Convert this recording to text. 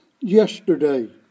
yesterday